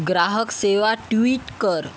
ग्राहकसेवा tweet कर